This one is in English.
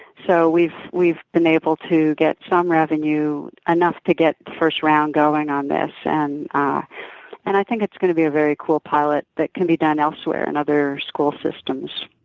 so we've been been able to get some revenue enough to get the first round going on this and ah and i think it's going to be a very cool pilot that can be done elsewhere in other school systems.